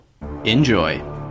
Enjoy